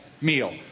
meal